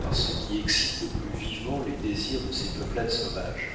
par ce qui excite le plus vivement les désirs de ces peuplades sauvages